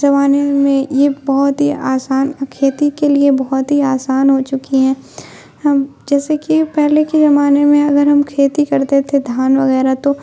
زمانے میں یہ بہت ہی آسان کھیتی کے لیے بہت ہی آسان ہو چکی ہیں ہم جیسے کہ پہلے کے زمانے میں اگر ہم کھیتی کرتے تھے دھان وغیرہ تو